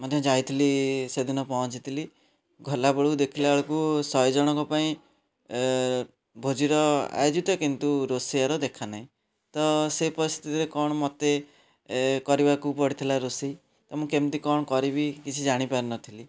ମଧ୍ୟ ଯାଇଥିଲି ସେଦିନ ପହଞ୍ଚିଥିଲି ଗଲା ବେଳକୁ ଦେଖିଲା ବେଳକୁ ଶହେ ଜଣଙ୍କ ପାଇଁ ଭୋଜିର ଆୟୋଜିତ କିନ୍ତୁ ରୋଷେୟାର ଦେଖାନାହିଁ ତ ସେ ପରିସ୍ଥିତିରେ କ'ଣ ମୋତେ କରିବାକୁ ପଡ଼ିଥିଲା ରୋଷେଇ ମୁଁ କେମତି କ'ଣ କରିବି କିଛି ଜାଣି ପାରିନଥିଲି